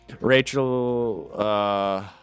Rachel